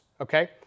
Okay